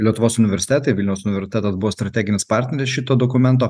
lietuvos universitetai vilniaus universitetas buvo strateginis partneris šito dokumento